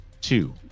two